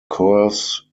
curves